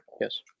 yes